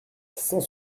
cent